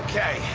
Okay